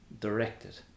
directed